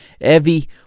Evie